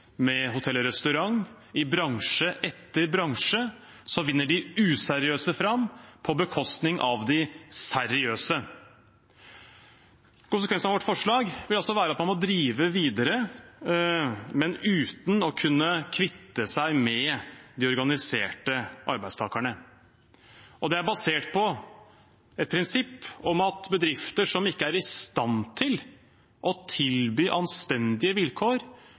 hotell og restaurant – i bransje etter bransje vinner de useriøse fram på bekostning av de seriøse. Konsekvensen av vårt forslag vil være at man må drive videre, men uten å kunne kvitte seg med de organiserte arbeidstakerne. Det er basert på et prinsipp om at bedrifter som ikke er i stand til å tilby anstendige vilkår,